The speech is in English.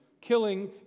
killing